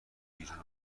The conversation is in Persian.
بیرون